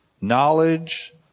knowledge